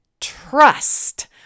trust